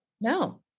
No